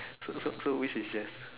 so so so which is shift